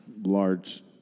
Large